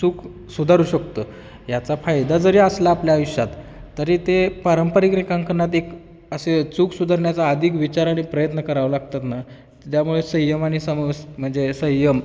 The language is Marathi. चूक सुधारू शकतो याचा फायदा जरी असला आपल्या आयुष्यात तरी ते पारंपरिक रेखांकनात एक असे चूक सुधारण्याचा अधिक विचार आणि प्रयत्न करावं लागतात ना त्यामुळे संयम आणि समस म्हणजे संयम